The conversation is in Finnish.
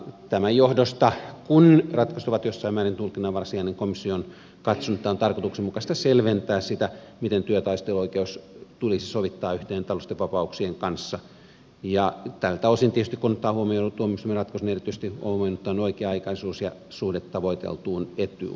tämän johdosta kun ratkaisut ovat jossain määrin tulkinnanvaraisia komissio on katsonut että on tarkoituksenmukaista selventää sitä miten työtaisteluoikeus tulisi sovittaa yhteen taloudellisten vapauksien kanssa ja tältä osin tietysti kun otetaan huomioon tuomioistuimen ratkaisu erityisesti huomioon otetaan oikea aikaisuus ja suhde tavoiteltuun etuun